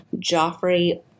Joffrey